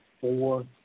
four